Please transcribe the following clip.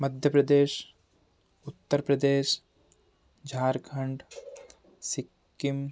Madhya Pradesh Uttar Pradesh Jharkhand Sikkim